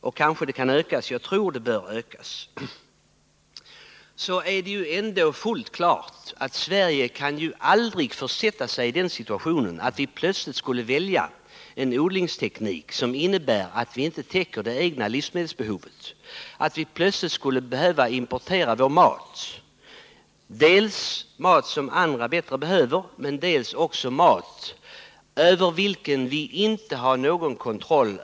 Jag tror att det kan och bör ökas, men det är fullt klart att Sverige aldrig kan försätta sig i den situationen att vi plötsligt skulle välja en odlingsteknik som innebär att vi inte täcker det egna livsmedelsbehovet, att vi plötsligt skulle behöva importera vår mat — mat som andra behöver bättre och över vars innehåll vi inte har någon kontroll.